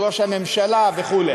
ראש הממשלה וכו'.